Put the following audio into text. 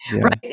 Right